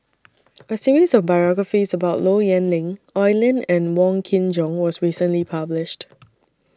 A series of biographies about Low Yen Ling Oi Lin and Wong Kin Jong was recently published